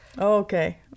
Okay